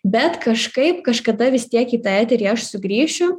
bet kažkaip kažkada vis tiek eterį aš sugrįšiu